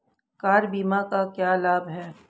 Car बीमा का क्या लाभ है?